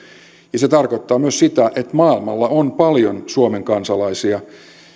ja se tarkoittaa myös sitä että maailmalla on paljon suomen kansalaisia